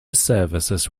services